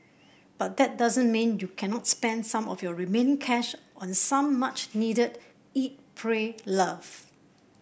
but that doesn't mean you cannot spend some of your remaining cash on some much needed eat pray love